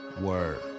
word